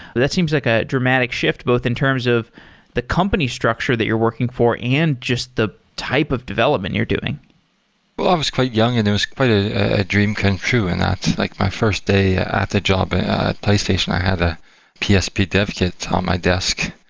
that seems like a dramatic shift both in terms of the company structure that you're working for and just the type of development you're doing well, i was quite young and it was quite a dream come true in that. like my first day at the job at playstation, i had a psp dev kit on my desk.